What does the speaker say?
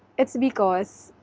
it's because,